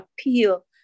appeal